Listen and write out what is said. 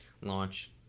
Launch